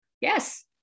Yes